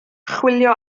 chwilio